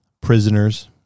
prisoners